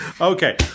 Okay